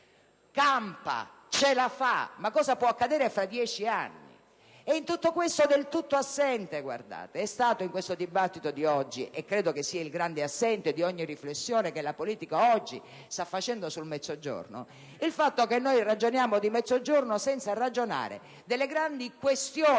campa, ce la fa; ma cosa può accadere tra dieci anni? Tutto questo è stato del tutto assente nel dibattito di oggi, e credo sia il grande assente di ogni riflessione che la politica oggi sta facendo sul Mezzogiorno il fatto che noi ragioniamo di Mezzogiorno senza ragionare delle grandi variabili